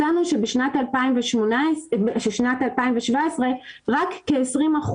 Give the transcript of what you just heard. מצאנו שבשנת 2017 כ-20%